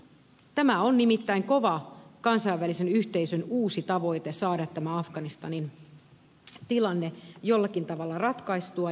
tämä on nimittäin kova kansainvälisen yhteisön uusi tavoite saada tämä afganistanin tilanne jollakin tavalla ratkaistua